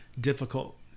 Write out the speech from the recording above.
difficult